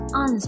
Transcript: on